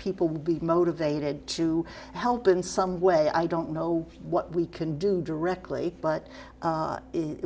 people will be motivated to help in some way i don't know why we can do directly but